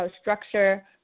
structure